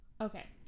Okay